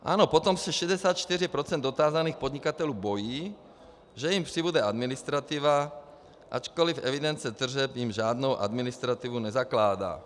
Ano, potom se 64 % dotázaných podnikatelů bojí, že jim přibude administrativa, ačkoliv evidence tržeb jim žádnou administrativu nezakládá.